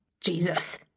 Jesus